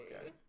okay